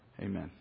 Amen